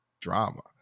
drama